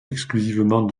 exclusivement